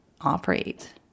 operate